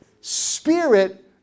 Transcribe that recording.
spirit